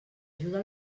ajuda